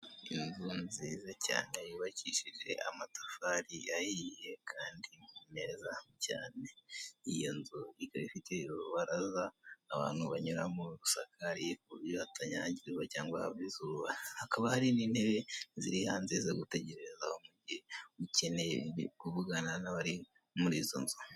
Inzu nziza cyane yubakishije amatafari yahiye kandi meza cyane. Iyo nzu ikaba ifite urubaraza abantu banyura rusakariye ku buryo hatanyagirwa cyangwa hava izuba, hakaba hari n'intebe ziri hanze zo gutegerezaho mu gihe ukeneye kuvugana n'abari muri izo nzu.